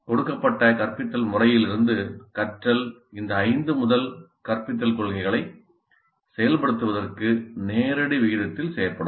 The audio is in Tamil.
கொடுக்கப்பட்ட கற்பித்தல் முறையிலிருந்து கற்றல் இந்த ஐந்து முதல் கற்பித்தல் கொள்கைகளை செயல்படுத்துவதற்கு நேரடி விகிதத்தில் செய்யப்படும்